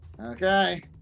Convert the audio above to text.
Okay